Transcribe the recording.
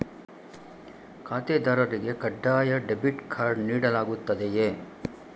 ಖಾತೆದಾರರಿಗೆ ಕಡ್ಡಾಯ debit card ನೀಡಲಾಗುತ್ತದೆಯೇ?